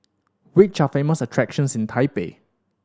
which are famous attractions in Taipei